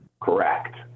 Correct